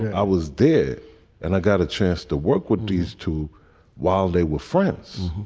and i was there and i got a chance to work with these two while they were friends.